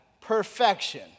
Perfection